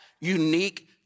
unique